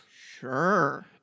Sure